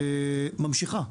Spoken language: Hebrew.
ממשיכה.